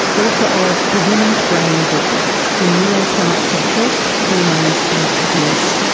author of the women's brain book the neuroscience of health, hormones and happiness.